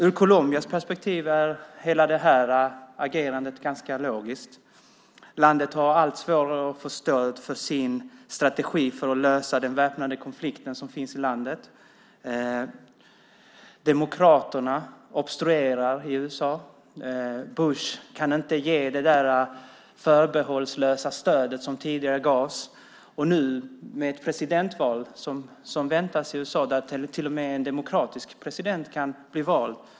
Ur Colombias perspektiv är detta agerande ganska logiskt. Landet har allt svårare att få stöd för sin strategi för att lösa den väpnade konflikt som finns i landet. Demokraterna obstruerar i USA. Bush kan inte ge det förbehållslösa stöd som tidigare gavs. Nu väntas ett presidentval i USA där till och med en demokratisk president kan bli vald.